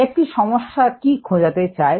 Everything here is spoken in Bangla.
একটি সমস্যা কি খোঁজাতে চায়